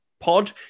pod